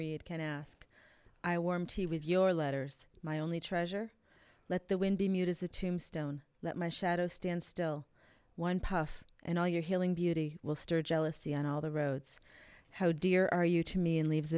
read can ask i warm tea with your letters my only treasure let the wind be muted the tombstone that my shadow stands still one path and all your healing beauty will stir jealousy and all the roads how dear are you to me in leaves